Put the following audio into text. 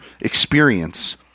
experience